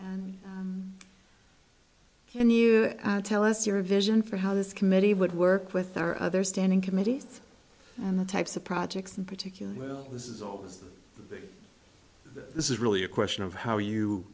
doing and you tell us your vision for how this committee would work with our other standing committee and the types of projects particularly this is all this is really a question of how you